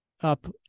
up